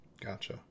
Gotcha